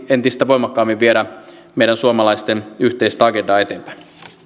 entistä voimakkaammin viedä meidän suomalaisten yhteistä agendaa eteenpäin